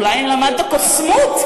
אולי אם למדת קוסמות,